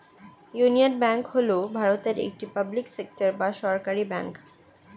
union Bank হল ভারতের একটি পাবলিক সেক্টর বা সরকারি ব্যাঙ্ক